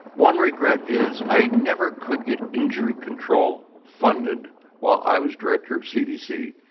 one regret is i never could get injury control funded while i was director cdc.